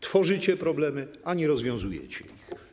Tworzycie problemy, a nie rozwiązujecie ich.